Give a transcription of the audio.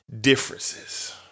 differences